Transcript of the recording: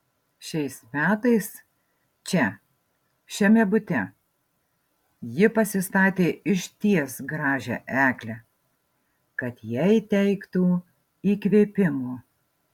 šiais metais čia šiame bute ji pasistatė išties gražią eglę kad jai teiktų įkvėpimo